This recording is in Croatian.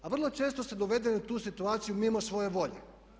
A vrlo često ste dovedeni u tu situaciju mimo svoje volje.